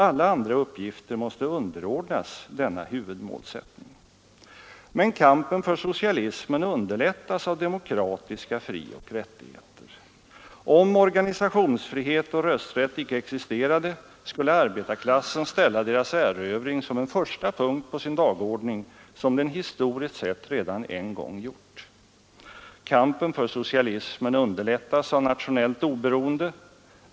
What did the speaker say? Alla andra uppgifter måste underordnas denna huvudmålsättning. Men kampen för socialismen underlättas av demokra tiska frioch rättigheter. Om organisationsfrihet och rösträtt icke existerade skulle arbetarklassen ställa deras erövring som en första punkt på sin dagordning, som den historiskt sett redan en gång gjort. Kampen för socialismen underlättas av nationellt oberoende.